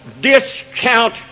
Discount